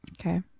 Okay